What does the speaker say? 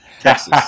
Texas